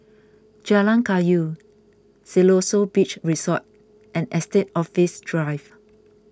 Jalan Kayu Siloso Beach Resort and Estate Office Drive